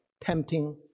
tempting